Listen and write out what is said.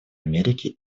америки